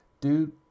dude